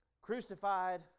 crucified